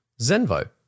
Zenvo